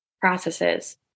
processes